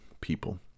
people